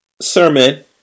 sermon